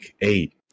eight